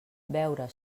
beure